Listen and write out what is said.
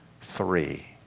three